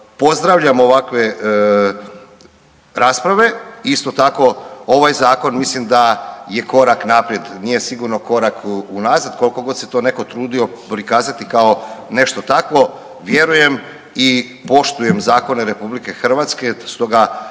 pozdravljam ovakve rasprave, isto tako ovaj zakon mislim da je korak naprijed, nije sigurno korak unazad koliko god se to neko trudio prikazati kao nešto takvo. Vjerujem i poštujem zakone RH, stoga